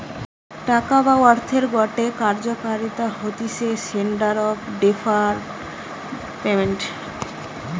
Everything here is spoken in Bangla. টাকা বা অর্থের গটে কার্যকারিতা হতিছে স্ট্যান্ডার্ড অফ ডেফার্ড পেমেন্ট